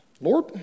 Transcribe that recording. Lord